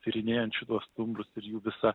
tyrinėjančiu tuos stumbrus ir jų visą